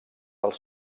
els